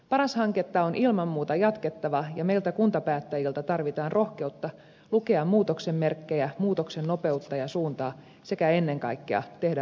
paras hanketta on ilman muuta jatkettava ja meiltä kuntapäättäjiltä tarvitaan rohkeutta lukea muutoksen merkkejä muutoksen nopeutta ja suuntaa sekä ennen kaikkea tehdä rohkeita päätöksiä